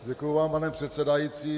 Děkuji vám, pane předsedající.